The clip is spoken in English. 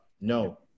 No